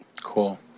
cool